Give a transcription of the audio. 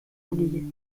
oubliés